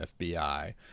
FBI